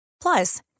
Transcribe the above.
Plus